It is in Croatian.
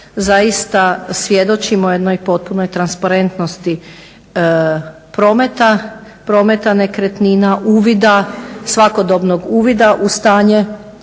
zaista svjedočimo jednoj potpunoj transparentnosti prometa, prometa nekretnina, uvida, svakodobnog uvida u stanje,